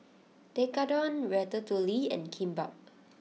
Tekkadon Ratatouille and Kimbap